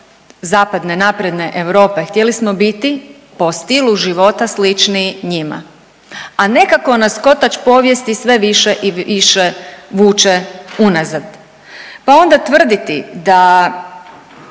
zapadne napredne Europe htjeli smo biti po stilu života slični njima a nekako nas kotač povijesti sve više i više vuče unazad. Pa onda tvrditi da